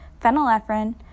phenylephrine